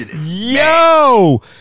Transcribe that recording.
Yo